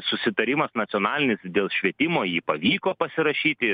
susitarimas nacionalinis dėl švietimo jį pavyko pasirašyti